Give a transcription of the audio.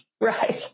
Right